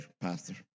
pastor